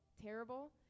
terrible